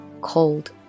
cold